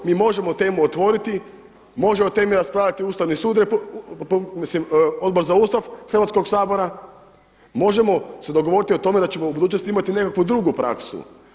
Mi možemo temu otvorit, može o temi raspravljati Ustavni sud, mislim Odbor za Ustav Hrvatskog sabora, možemo se dogovoriti o tome da ćemo u budućnosti imati nekakvu drugu praksu.